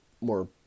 more